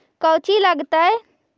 कौची लगतय?